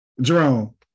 Jerome